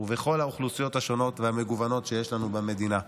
ובכל האוכלוסיות השונות והמגוונות שיש לנו במדינה.